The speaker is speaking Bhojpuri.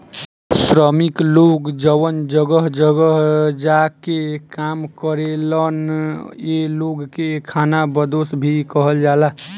श्रमिक लोग जवन जगह जगह जा के काम करेलन ए लोग के खानाबदोस भी कहल जाला